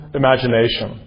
imagination